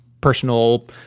personal